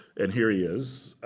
and here he is, a